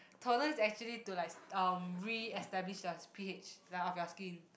toner is actually to like um reestablish yours p_h like of your skin